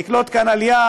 נקלוט כאן עלייה,